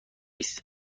است